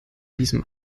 diesem